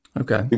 Okay